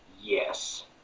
yes